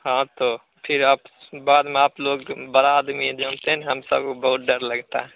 हाँ तो फिर आप बाद में आप लोग बड़ा आदमी जानते हैं ना हम सबको बहुत डर लगता है